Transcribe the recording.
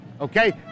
Okay